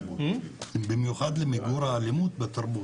במיוחד למיגור האלימות בתרבות.